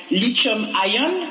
lithium-ion